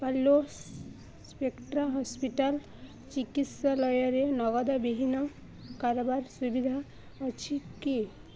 Apollo Spectra hospital ଚିକିତ୍ସାଳୟରେ ନଗଦବିହୀନ କାରବାର ସୁବିଧା ଅଛି କି